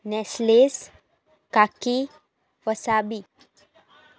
Nestlé coffee wasabi